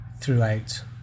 throughout